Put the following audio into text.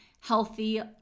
healthy